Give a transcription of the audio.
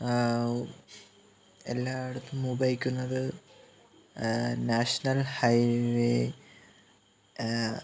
എല്ലായിടത്തും ഉപയോഗിക്കുന്നത് national highway